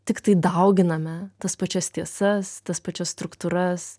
tiktai dauginame tas pačias tiesas tas pačias struktūras